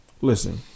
Listen